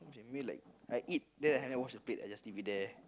I mean like I eat then I never wash the plate I just leave it there